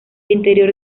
interior